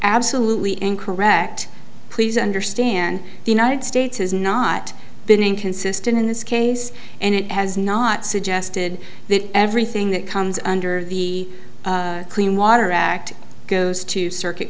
absolutely incorrect please understand the united states has not been inconsistent in this case and it has not suggested that everything that comes under the clean water act goes to circuit